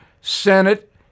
Senate